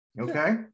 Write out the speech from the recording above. Okay